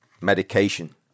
medication